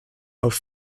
auch